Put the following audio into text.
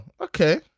okay